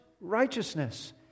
righteousness